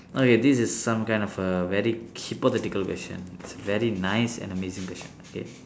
okay this is some kind of a very hypothetical question it's very nice and amazing question okay